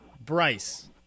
Bryce